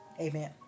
Amen